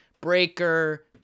Breaker